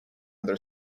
their